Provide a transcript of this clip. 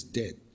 dead